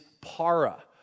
para